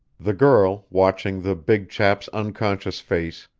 the girl, watching the big chap's unconscious face,